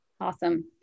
Awesome